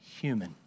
human